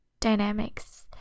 dynamics